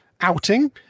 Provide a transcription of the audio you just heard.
outing